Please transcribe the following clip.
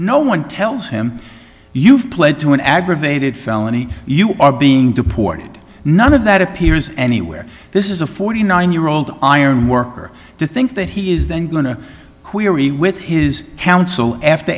no one tells him you've pled to an aggravated felony you are being deported none of that appears anywhere this is a forty nine year old iron worker to think that he is then going to query with his counsel after